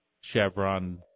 Chevron